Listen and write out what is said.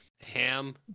ham